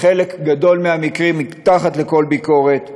ובחלק גדול מהמקרים, מתחת לכל ביקורת.